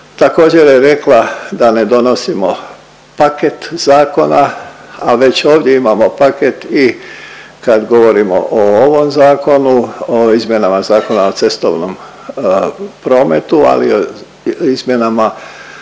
Također, je rekla da ne donosimo paket zakona, a već ovdje imamo paket i kad govorimo o ovom zakonu, o izmjenama Zakona o cestovnom prometu, ali izmjenama